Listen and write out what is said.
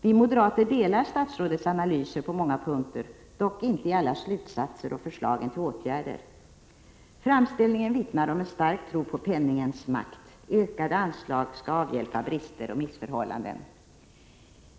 Vi moderater delar statsrådets analyser på många punkter, dock inte i alla slutsatser och förslag till åtgärder. Framställningen vittnar om en stark tro på penningens makt. Ökade anslag skall avhjälpa brister och missförhållanden.